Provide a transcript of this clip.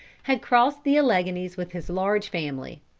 had crossed the alleghanies with his large family.